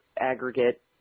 aggregate